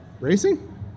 Racing